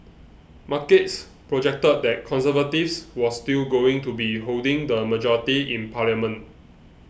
markets projected that Conservatives was still going to be holding the majority in parliament